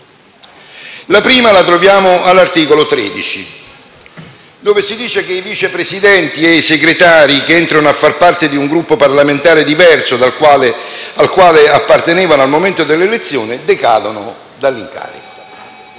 La prima la troviamo all'articolo 13, dove si dice che i Vice Presidenti e i Segretari che entrano a far parte di un Gruppo parlamentare diverso da quello al quale appartenevano al momento dell'elezione decadono dall'incarico.